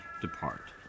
depart